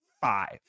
five